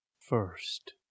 First